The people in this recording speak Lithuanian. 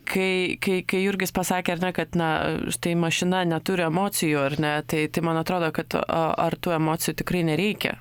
kai kai kai jurgis pasakė kad na štai mašina neturi emocijų ar ne tai tai man atrodo kad ar tų emocijų tikrai nereikia